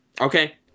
Okay